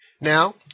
Now